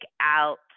out